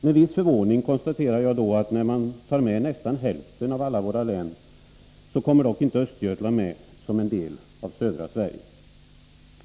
Med viss förvåning konstaterar jag att när man tar med nästan hälften av alla våra län kommer dock inte Östergötland med som en del av södra Sverige.